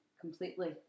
completely